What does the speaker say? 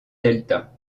delta